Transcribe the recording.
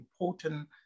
important